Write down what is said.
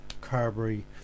Carberry